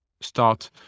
start